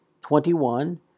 twenty-one